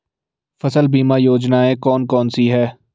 फसल बीमा योजनाएँ कौन कौनसी हैं?